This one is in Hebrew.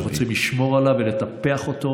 שרוצה לשמור עליו ולטפח אותו,